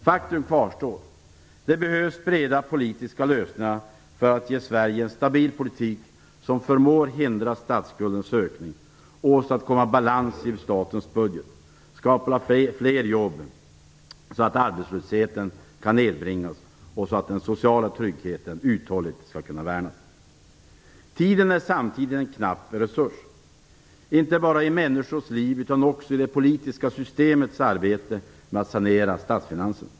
Faktum kvarstår - det behövs breda politiska lösningar för att ge Sverige en stabil politik som förmår att hindra statsskuldens ökning, åstadkomma balans i statens budget, skapa fler jobb så att arbetslösheten kan nedbringas och så att den sociala tryggheten uthålligt skall kunna värnas. Tiden är samtidigt en knapp resurs, inte bara i människors liv utan också i det politiska systemets arbete med att sanera statsfinanserna.